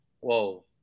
Whoa